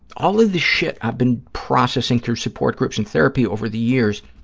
all of the shit i've been processing through support groups and therapy over the years